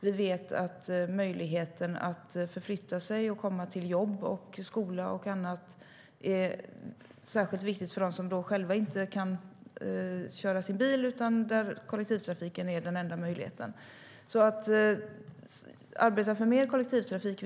Vi vet att möjligheten att förflytta sig och komma till jobb, skola och annat är särskilt viktig för dem som själva inte kan köra bil utan där kollektivtrafiken är den enda möjligheten. Vi ska arbeta för mer kollektivtrafik.